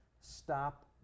stop